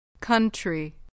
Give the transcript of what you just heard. country